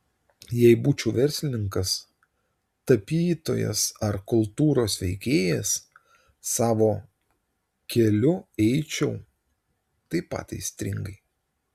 jei būčiau verslininkas tapytojas ar kultūros veikėjas savo keliu eičiau taip pat aistringai